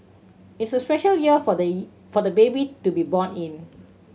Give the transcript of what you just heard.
it's a special year for the for the baby to be born in